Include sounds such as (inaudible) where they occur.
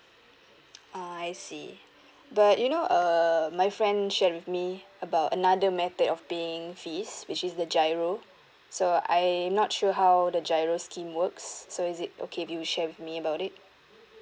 ah I see (breath) but you know um my friend share with me about another method of paying fees which is the giro so I'm not sure how the giro scheme works so is it okay if you share with me about it